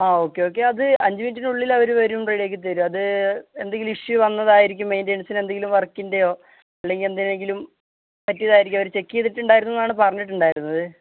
ആ okay okay അത് അഞ്ച് മിനിറ്റിനുള്ളിലവര് വരും റെഡിയാക്കി തരും അത് എന്തെങ്കിലും ഇഷ്യൂ വന്നതായിരിക്കും മെയിന്റെനന്സിനെന്തെങ്കിലും വര്ക്കിന്റെയോ അല്ലെങ്കില് എന്തിനെങ്കിലും പറ്റിയതായിരിക്കും അവര് ചെക്കിയ്തിട്ടുണ്ടായിരുന്നു എന്നാണ് പറഞ്ഞിട്ടുണ്ടായിരുന്നത്